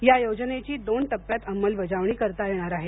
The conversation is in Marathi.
या योजनेची दोन टप्प्यात अंमलबजावणी करण्यात येणार आहे